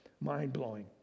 mind-blowing